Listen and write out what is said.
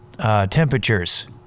temperatures